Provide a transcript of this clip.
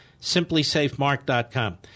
simplysafemark.com